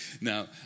Now